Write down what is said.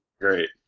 great